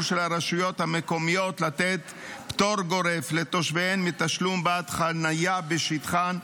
לרשויות המקומיות לתת פטור גורף לתושביהן מתשלום בעד חניה בשטחן,